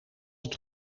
het